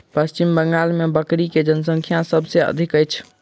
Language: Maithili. पश्चिम बंगाल मे बकरी के जनसँख्या सभ से अधिक अछि